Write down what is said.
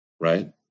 right